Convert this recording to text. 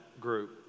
group